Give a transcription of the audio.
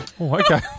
okay